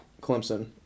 Clemson